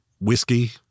Whiskey